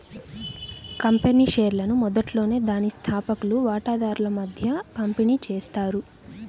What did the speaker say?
company షేర్లను మొదట్లోనే దాని స్థాపకులు వాటాదారుల మధ్య పంపిణీ చేస్తారు